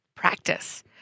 practice